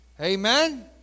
Amen